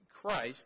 Christ